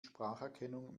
spracherkennung